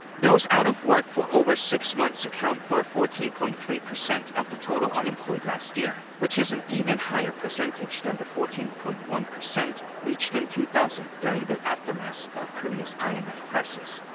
those out of work for over six months account for fourteen point three percent of the total unemployed last year. which is an even higher percentage than the fourteen point one percent reached in two thousand during the aftermath of korea's imf crisis.